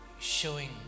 showing